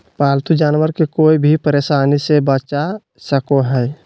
पालतू जानवर के कोय भी परेशानी से बचा सको हइ